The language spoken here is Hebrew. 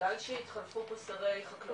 בגלל שהתחלפו פה שרי חקלאות,